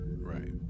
Right